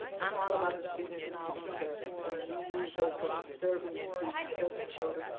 i'm all about the students and all about serving, and he used those words, serving students, serving children.